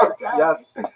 Yes